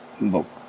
book